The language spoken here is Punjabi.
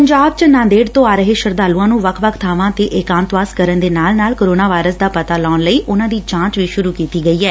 ਪੰਜਾਬ ਚ ਨਾਂਦੇੜ ਤੋ ਆ ਰਹੇ ਸ਼ਰਧਾਲੁਆਂ ਨੂੰ ਵੱਖ ਬਾਵਾਂ ਤੇ ਏਕਾਂਤਵਾਸ ਕਰਨ ਦੇ ਨਾਲ ਨਾਲ ਕੋਰੋਨਾ ਵਾਇਰਸ ਦਾ ਪਤਾ ਲਾਉਣ ਲਈ ਉਨਾਂ ਦੀ ਜਾਚ ਵੀ ਸੁਰੁ ਕੀਤੀ ਗਈ ਐ